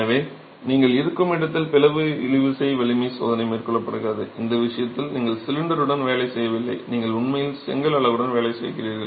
எனவே நீங்கள் இருக்கும் இடத்தில் பிளவு இழுவிசை வலிமை சோதனை மேற்கொள்ளப்படுகிறது இந்த விஷயத்தில் நீங்கள் சிலிண்டருடன் வேலை செய்யவில்லை நீங்கள் உண்மையில் செங்கல் அலகுடன் வேலை செய்கிறீர்கள்